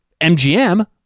MGM